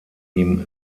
ihm